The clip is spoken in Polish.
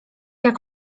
jak